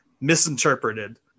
misinterpreted